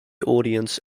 audience